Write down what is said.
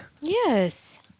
Yes